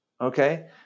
okay